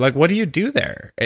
like what do you do there?